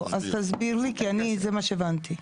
אז תסביר לי, כי זה מה שהבנתי.